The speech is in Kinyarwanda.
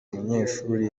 munyeshuri